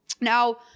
now